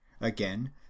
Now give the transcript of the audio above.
again